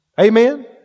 Amen